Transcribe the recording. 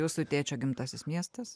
jūsų tėčio gimtasis miestas